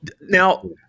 Now